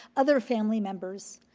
other family members,